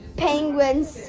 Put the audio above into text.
Penguins